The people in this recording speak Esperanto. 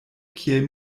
kiel